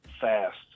fast